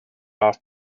off